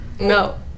No